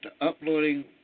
uploading